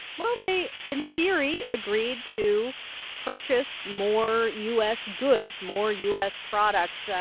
well, they, in theory, agreed to purchase more u s. goods, more u s. products,